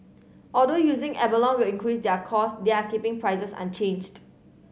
although using abalone will increase their cost they are keeping prices unchanged